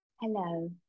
Hello